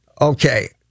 okay